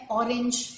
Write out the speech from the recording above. orange